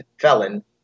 felon